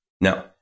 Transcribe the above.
No